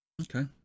okay